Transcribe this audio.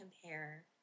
compare